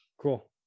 Cool